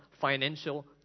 financial